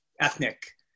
ethnic